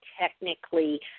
technically